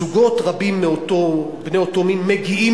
זוגות רבים בני אותו מין מגיעים